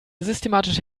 systematische